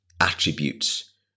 attributes